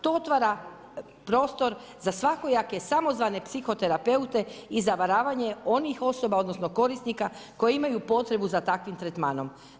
To otvara prostor za svakojake samozvane psihoterapeute i zavaravanje onih osoba odnosno korisnika koji imaju potrebu za takvim tretmanom.